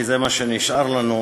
כי זה מה שנשאר לנו,